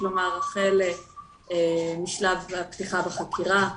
החל משלב הפתיחה בחקירה,